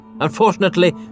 Unfortunately